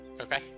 okay